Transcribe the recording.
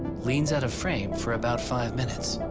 leans out of frame for about five minutes,